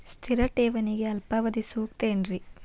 ಸ್ಥಿರ ಠೇವಣಿಗೆ ಅಲ್ಪಾವಧಿ ಸೂಕ್ತ ಏನ್ರಿ?